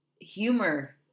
humor